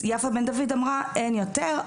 אז יפה בן דוד אמרה אין יותר.